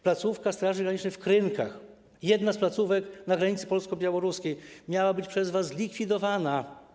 Placówka Straży Granicznej w Krynkach, jedna z placówek na granicy polsko-białoruskiej, miała być przez was zlikwidowana.